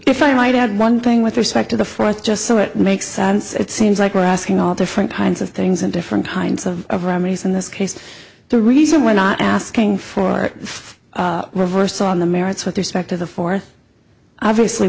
if i might add one thing with respect to the fourth just so it makes sense it seems like we're asking all different kinds of things in different kinds of of remedies in this case the reason we're not asking for a reversal on the merits with respect to the fourth obviously